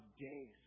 Days